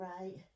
right